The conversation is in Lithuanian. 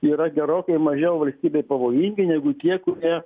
yra gerokai mažiau valstybei pavojingi negu tie kurie